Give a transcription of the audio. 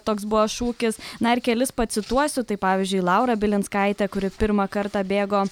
toks buvo šūkis na ir kelis pacituosiu tai pavyzdžiui laura bilinskaitė kuri pirmą kartą bėgo